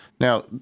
Now